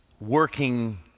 working